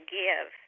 give